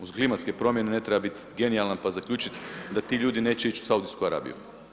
Uz klimatske promjene ne treba biti genijalan pa zaključiti da ti ljudi neće ići u Saudijsku Arabiju.